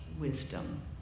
wisdom